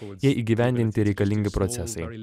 jai įgyvendinti reikalingi procesai